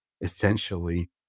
essentially